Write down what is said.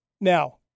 Now